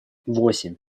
восемь